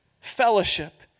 fellowship